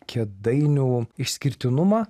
kėdainių išskirtinumą